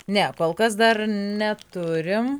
ne kol kas dar neturim